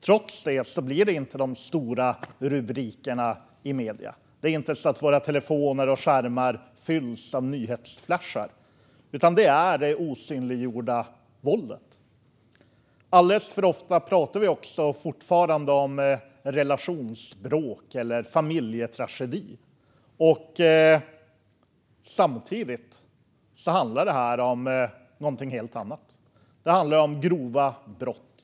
Trots det blir det inte de stora rubrikerna i medierna. Det är inte så att våra telefoner och skärmar fylls av nyhetsflashar, utan det är det osynliggjorda våldet. Alldeles för ofta pratar vi fortfarande om relationsbråk eller familjetragedi. Samtidigt handlar det om någonting helt annat. Det handlar om grova brott.